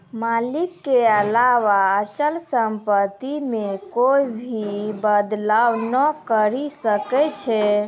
मालिक के अलावा अचल सम्पत्ति मे कोए भी बदलाव नै करी सकै छै